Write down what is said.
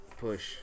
Push